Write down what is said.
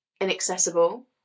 inaccessible